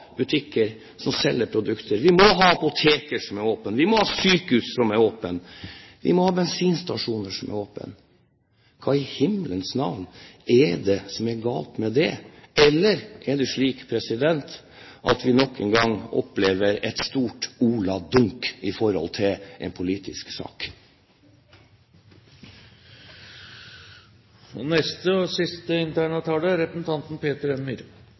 butikker som selger produkter. Vi må ha apotek som er åpne. Vi må ha sykehus som er åpne. Vi må ha bensinstasjoner som er åpne. Hva i himmelens navn er det som er galt med det? Eller er det slik at vi nok en gang opplever et stort «Ola Dunk» i en politisk sak? Det var egentlig representanten